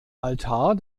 altar